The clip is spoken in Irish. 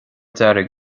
dearg